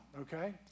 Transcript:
okay